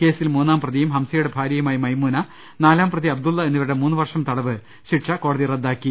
കേസിൽ മൂന്നാം പ്രതിയും ഹംസയുടെ ഭാര്യയുമായ മൈമൂന നാലാം പ്രതി അബ്ദുള്ള എന്നിവരുടെ മൂന്ന് വർഷം തടവ് ശിക്ഷ കോടതി റദ്ദാ ക്കി